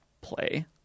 play